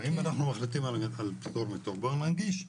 אם אנחנו מחליטים על פטור מתור בואו ננגיש.